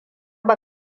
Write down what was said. ba